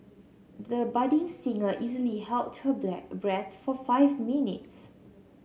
the budding singer easily held her breath for five minutes